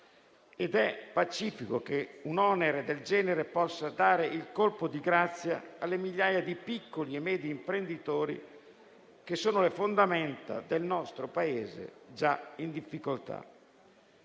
ed è pacifico che un onere del genere possa dare il colpo di grazia alle migliaia di piccoli e medi imprenditori che sono le fondamenta del nostro Paese già in difficoltà.